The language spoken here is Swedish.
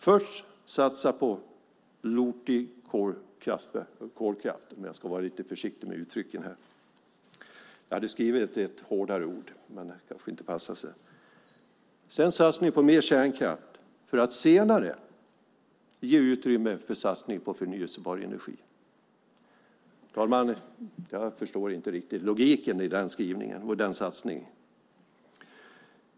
Först ska man alltså satsa på lortig kolkraft - jag ska vara försiktig med uttrycken här; jag hade skrivit ett hårdare ord i mitt manus, men det passar sig kanske inte - och sedan ska man satsa på mer kärnkraft för att senare få utrymme för satsning på förnybar energi. Jag förstår inte riktigt logiken i den satsningen.